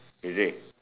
is it